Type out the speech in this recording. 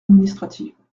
administrative